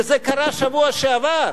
וזה קרה בשבוע שעבר,